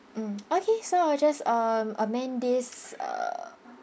mm okay so I'll just um amend this uh